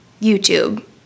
YouTube